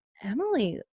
Emily